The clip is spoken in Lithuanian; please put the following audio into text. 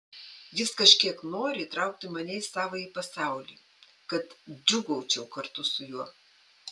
jis kažkiek nori įtraukti mane į savąjį pasaulį kad džiūgaučiau kartu su juo